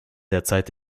derzeit